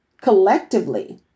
collectively